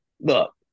look